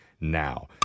now